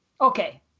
okay